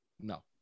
No